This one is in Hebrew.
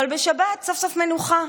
אבל בשבת, סוף-סוף מנוחה,